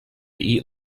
eat